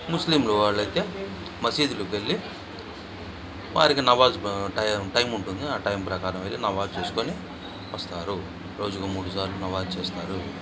ముస్లింలు వాళ్ళు అయితే మసీదులకి వెళ్ళి వారికి నమాజు టైం టైము ఉంటుంది ఆ టైం ప్రకారం వెళ్ళి నమాజు చేసుకొని వస్తారు రోజుకి మూడు సార్లు నమాజు చేస్తారు